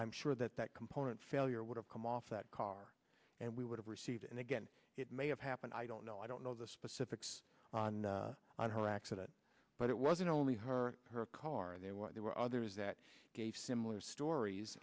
i'm sure that that component failure would have come off that car and we would have received and again it may have happened i don't know i don't know the specifics on her accident but it wasn't only her or her car there was there were others that gave similar stories